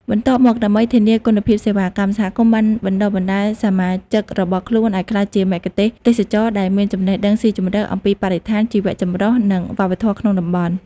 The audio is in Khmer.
បន្ទាប់មក ដើម្បីធានាគុណភាពសេវាកម្ម សហគមន៍បានបណ្ដុះបណ្ដាលសមាជិករបស់ខ្លួនឱ្យក្លាយជាមគ្គុទ្ទេសក៍ទេសចរណ៍ដែលមានចំណេះដឹងស៊ីជម្រៅអំពីបរិស្ថាន ជីវៈចម្រុះ និងវប្បធម៌ក្នុងតំបន់។